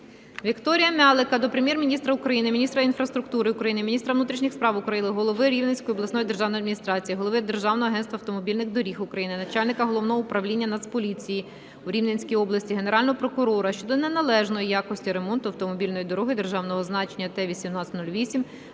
Віктора М'ялика до Прем'єр-міністра України, міністра інфраструктури України, міністра внутрішніх справ України, голови Рівненської обласної державної адміністрації, голови Державного агентства автомобільних доріг України, начальника Головного управління Національної поліції в Рівненській області, Генерального прокурора щодо неналежної якості ремонту автомобільної дороги державного значення Т-18-08